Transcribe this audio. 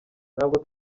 ntabwo